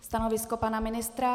Stanovisko pana ministra?